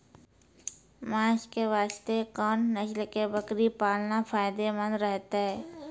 मांस के वास्ते कोंन नस्ल के बकरी पालना फायदे मंद रहतै?